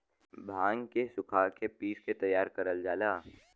भांग के सुखा के पिस के तैयार करल जाला